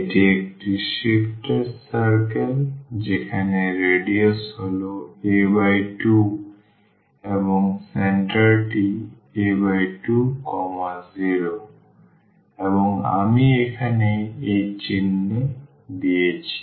এটি একটি shifted circle যেখানে রেডিয়াস হল a2 এবং কেন্দ্রটি a20 এবং আমি এখানে এই চিত্রে দেখিয়েছি